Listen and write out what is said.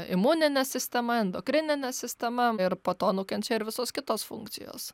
imuninė sistema endokrininė sistema ir po to nukenčia ir visos kitos funkcijos